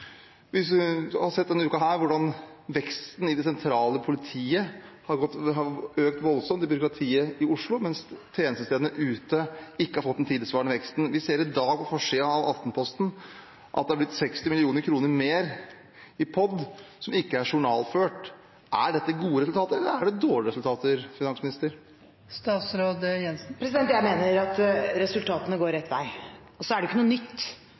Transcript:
det sentrale politiet har økt voldsomt – i byråkratiet i Oslo – mens tjenestestedene ute ikke har fått den tilsvarende veksten. Vi ser i dag på forsiden av Aftenposten at det er blitt ca. 60 mill. kr mer i POD som ikke er journalført. Er dette gode resultater eller er det dårlige resultater, finansminister? Jeg mener at resultatene går rett vei. Det er ikke noe nytt